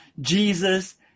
Jesus